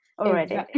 already